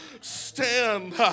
Stand